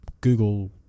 Google